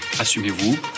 Assumez-vous